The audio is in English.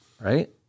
right